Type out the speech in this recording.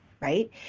right